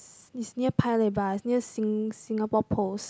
is it's near Paya Lebar it's near Sing~ Singapore-Post